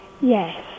Yes